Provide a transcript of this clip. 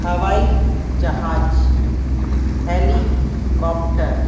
हवाई जहाज हैलीकॉप्टर